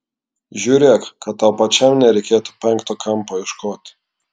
žiūrėk kad tau pačiam nereikėtų penkto kampo ieškoti